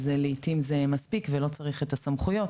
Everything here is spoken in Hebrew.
לעתים זה מספיק ולא צריך את הסמכויות,